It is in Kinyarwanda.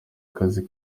kazi